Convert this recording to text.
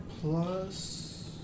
plus